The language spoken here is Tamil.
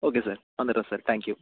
ஓகே சார் வந்துட்றேன் சார் தேங்க்யூ